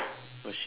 oh shit